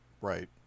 Right